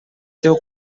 teu